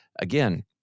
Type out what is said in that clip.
Again